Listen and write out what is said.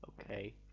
Okay